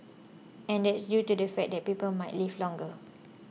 and that's due to the fact that people might live longer